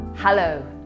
Hello